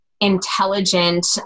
intelligent